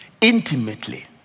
intimately